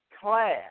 class